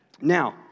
Now